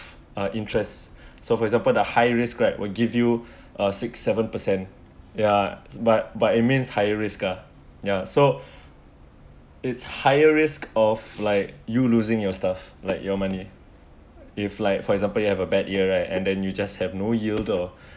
uh interests so for example the high risk right will give you uh six seven percent ya but but it means higher risk uh ya so it's higher risk of like you losing your stuff like your money if like for example you have a bad year right and then you just have no yield uh